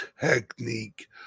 technique